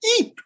eep